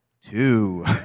Two